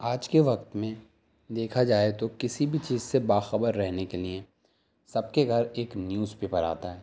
آج کے وقت میں دیکھا جائے تو کسی بھی چیز سے با خبر رہنے کے لیے سب کے گھر ایک نیوز پیپر آتا ہے